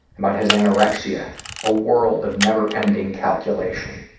about his anorexia a world of never ending calculation.